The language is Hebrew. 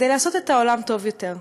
כדי לעשות את העולם טוב יותר.